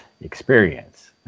experience